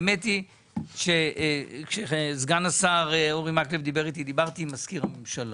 האמת היא שסגן השר אורי מקלב דיבר איתי ואחר כך דיברתי עם מזכיר הממשלה